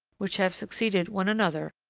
which have succeeded one another,